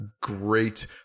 great